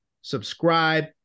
Subscribe